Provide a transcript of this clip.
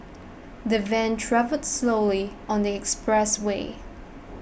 the van travelled slowly on the expressway